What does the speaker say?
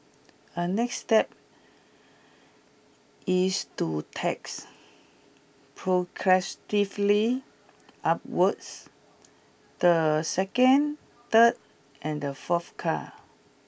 a next step is to tax progressively upwards the second third and the fourth car